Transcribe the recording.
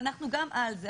ואנחנו גם על זה,